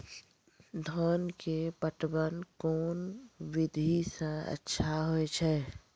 धान के पटवन कोन विधि सै अच्छा होय छै?